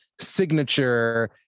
signature